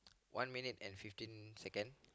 one minute and fifteen second